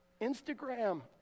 Instagram